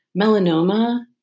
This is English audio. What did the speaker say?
melanoma